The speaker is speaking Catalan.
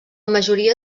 majoria